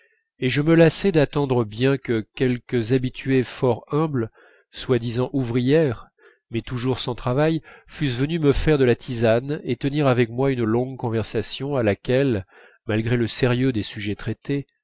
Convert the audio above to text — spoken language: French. et je me lassai d'attendre bien que quelques habituées fort humbles soi-disant ouvrières mais toujours sans travail fussent venues me faire de la tisane et tenir avec moi une longue conversation à laquelle malgré le sérieux des sujets traités